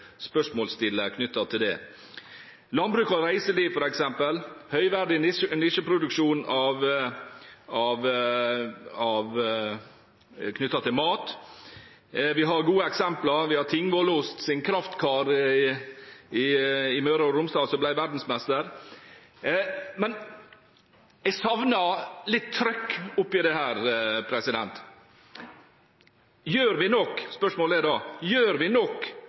det: landbruk og reiseliv, f.eks., høyverdig nisjeproduksjon knyttet til mat. Vi har gode eksempler. Vi har Tingvollost sin Kraftkar i Møre og Romsdal, som ble verdensmester. Men jeg savner litt trøkk oppi dette. Spørsmålet er da: Gjør vi nok